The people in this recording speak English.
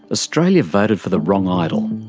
australia voted for the wrong idol.